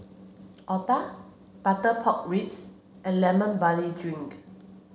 Otah Butter Pork Ribs and Lemon Barley Drink